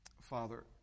Father